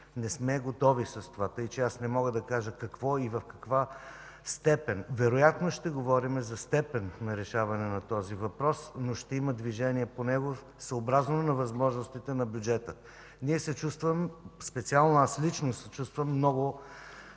Не сме готови с това, тъй че аз не мога да кажа какво и в каква степен. Вероятно ще говорим за степен на решаване на този въпрос, но ще има движение по него, съобразно възможностите на бюджета. Лично аз се чувствам много